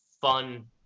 fun